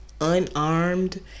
unarmed